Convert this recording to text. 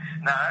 no